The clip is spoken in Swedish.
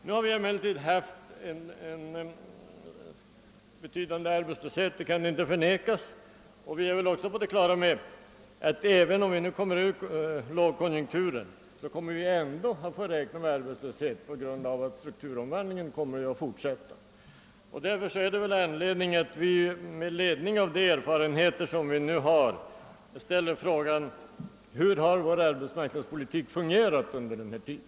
Vi har emellertid haft en betydande arbetslöshet, det kan inte förnekas, och vi är också på det klara med att även om vi nu kommer ur lågkonjunkturen så kommer vi ändå att få räkna med arbetslöshet på grund av att strukturomvandlingen kommer att fortsätta. Därför är det anledning att vi med ledning av de erfarenheter vi har ställer frågan: Hur har vår arbetsmarknadspolitik fungerat under denna tid?